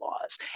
laws